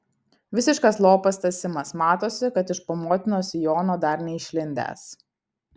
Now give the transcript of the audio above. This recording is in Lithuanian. visiškas lopas tas simas matosi kad iš po motinos sijono dar neišlindęs